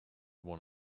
one